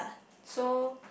so